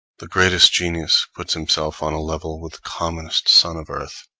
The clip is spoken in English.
the greatest genius puts himself on a level with the commonest son of earth.